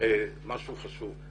משהו חשוב.